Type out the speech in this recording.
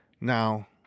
Now